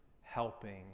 helping